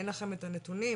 אין לכם את הנתונים,